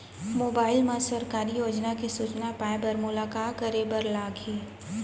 mobile मा सरकारी योजना के सूचना पाए बर मोला का करे बर लागही